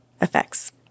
effects